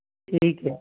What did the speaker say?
ਠੀਕ